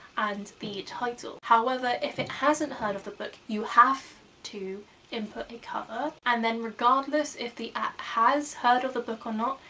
and the title. however if it hasn't heard of the book you have to input a cover, and then regardless if the app has heard of the book or not,